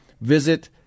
visit